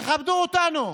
תכבדו אותנו,